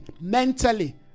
mentally